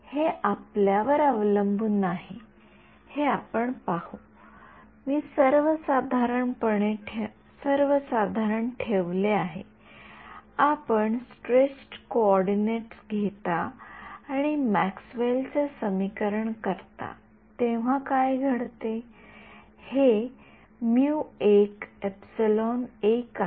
हे आपल्यावर अवलंबून आहे हे आपण पाहू मी सर्वसाधारण ठेवले आहे आपण स्ट्रेच्ड कॉर्डिनेट्स घेता आणि मॅक्सवेल चे समीकरण करता तेव्हा काय घडते हे आहे